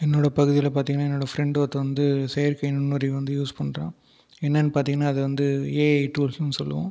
என்னோடு பகுதியில் பார்த்தீங்கனா என்னோட ஃப்ரண்ட் ஒருத்தவன் வந்து செயற்கை நுண்ணறிவு வந்து யூஸ் பண்ணுறான் என்னென்னு பார்த்தீங்கனா அது வந்து ஏஐ டூல்ஸுனு சொல்லுவோம்